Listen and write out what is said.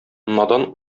надан